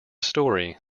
story